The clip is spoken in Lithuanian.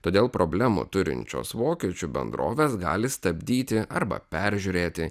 todėl problemų turinčios vokiečių bendrovės gali stabdyti arba peržiūrėti